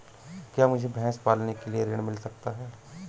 क्या मुझे भैंस पालने के लिए ऋण मिल सकता है?